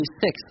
six